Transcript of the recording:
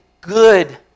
good